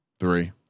three